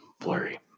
blurry